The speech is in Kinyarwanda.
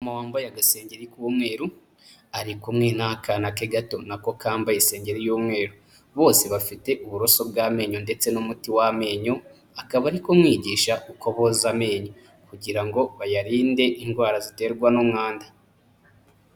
Umumama wambaye gasengengeri k'umweru, ari kumwe n'akana ke gato nako kambaye isengeri y'umweru. Bose bafite uburoso bw'amenyo ndetse n'umuti w'amenyo, akaba ari kumwigisha uko boza amenyo .Kugira ngo bayarinde indwara ziterwa n'umwanda.